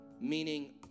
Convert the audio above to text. Meaning